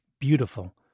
beautiful